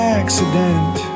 accident